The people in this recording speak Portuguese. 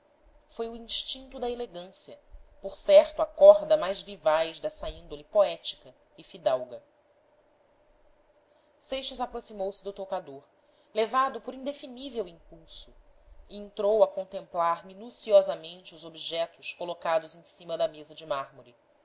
foi o instinto da elegância por certo a corda mais vivaz dessa índole poética e fidalga seixas aproximou-se do toucador levado por indefinível impulso e entrou a contemplar minuciosamente os objetos colocados em cima da mesa de mármore